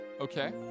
Okay